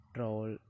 Troll